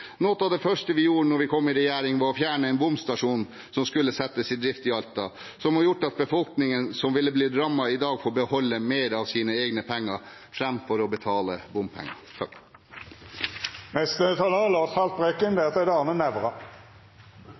Noe av det første vi gjorde da vi kom i regjering, var å fjerne en bomstasjon som skulle settes i drift i Alta. Det har gjort at befolkningen som ville blitt rammet, i dag får beholde mer av sine egne penger framfor å betale bompenger.